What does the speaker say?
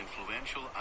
influential